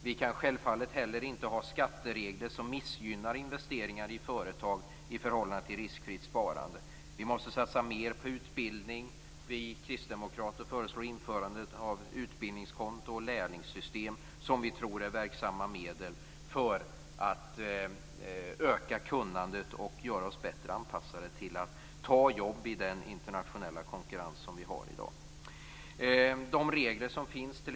Vi kan självfallet inte ha skatteregler som missgynnar investeringar i företag i förhållande till riskfritt sparande. Vi måste satsa mer på utbildning. Vi kristdemokrater föreslår införande av utbildningskonto och lärlingssystem, som vi tror är verksamma medel för att öka kunnandet och göra människor bättre anpassade till att ta jobb i den internationella konkurrens som vi i dag har.